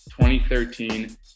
2013